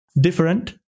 different